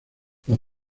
los